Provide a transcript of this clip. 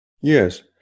Yes